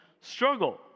struggle